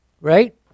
Right